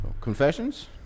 Confessions